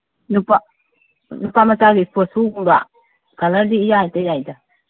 ꯅꯨꯄꯥ ꯅꯨꯄꯥꯃꯆꯥꯒꯤ ꯏꯁꯄꯣꯔꯠ ꯁꯨꯒꯨꯝꯕ ꯀꯂꯔꯗꯤ ꯏꯌꯥ ꯍꯦꯛꯇ ꯌꯥꯏꯗ